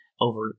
over